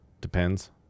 Depends